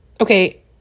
okay